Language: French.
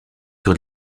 sur